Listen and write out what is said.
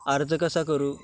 अर्ज कसा करू